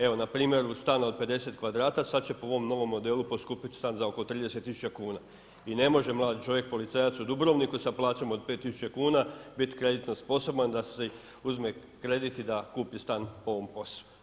Evo, na primjeru stana od 50 kvadrata sad će po ovom novom modelu poskupjeti stan za oko 30 tisuća kuna i ne može mladi čovjek policajac u Dubrovniku sa plaćom od 5 tisuća kuna biti kreditno sposoban da si uzme kredit i da kupi stan po ovom POS-u.